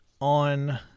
on